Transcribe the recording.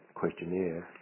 questionnaire